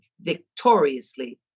victoriously